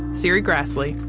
serri graslie,